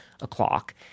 o'clock